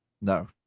no